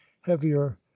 heavier